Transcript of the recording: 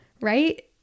right